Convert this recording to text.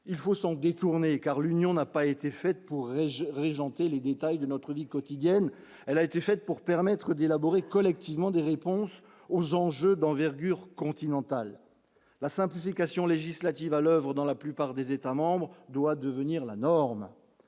il faut s'en détourner, car l'Union n'a pas été fait pour réagir régenter les détails de notre vie quotidienne, elle a été faite pour permettre d'élaborer collectivement des réponses aux enjeux d'envergure continental, la simplification législative à l'oeuvre dans la plupart des États-membres, doit devenir la norme